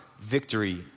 victory